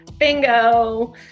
Bingo